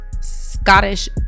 Scottish